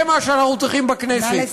זה מה שאנחנו צריכים בכנסת,